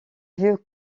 vieux